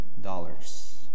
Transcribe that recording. dollars